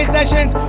Sessions